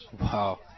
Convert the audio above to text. Wow